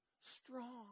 strong